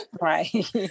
right